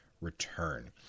return